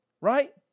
right